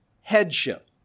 headship